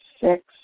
Six